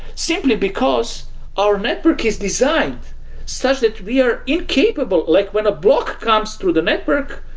simply because our network is designed such that we are incapable. like when a block comes through the network,